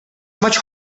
much